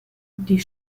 die